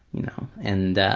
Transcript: you know, and